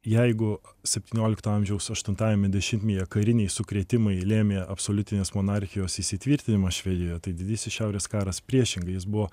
jeigu septyniolikto amžiaus aštuntajame dešimtmetyje kariniai sukrėtimai lėmė absoliutinės monarchijos įsitvirtinimą švedijoje tai didysis šiaurės karas priešingai jis buvo